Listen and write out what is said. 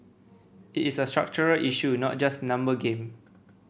it is a structural issue not just number game